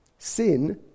Sin